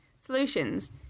solutions